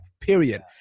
period